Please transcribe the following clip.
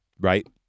right